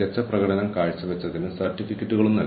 ഹ്രസ്വകാല വേഴ്സസ് ദീർഘകാല ശ്രദ്ധ